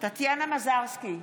טטיאנה מזרסקי,